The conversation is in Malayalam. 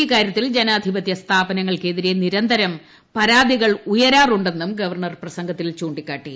ഇക്കാര്യത്തിൽ ജനാധിപത്യ സ്ഥാപനങ്ങൾക്കെതിരെ നിരന്തരം പരാതികളുയരാറുണ്ടെന്നും ഗവർണ്ണർ പ്രസംഗത്തിൽ ചൂണ്ടിക്കാട്ടി